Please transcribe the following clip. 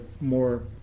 more